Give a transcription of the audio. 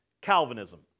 Calvinism